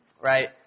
right